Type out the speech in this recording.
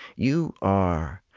you are,